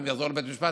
ואם יחזור לבית משפט,